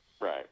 Right